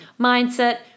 mindset